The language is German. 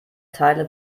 teile